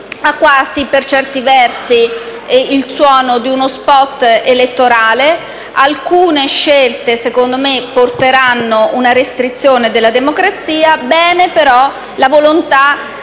Ha quasi, per certi verso, il suono di uno *spot* elettorale. Alcune scelte, secondo me, porteranno una restrizione della democrazia; bene, però, la volontà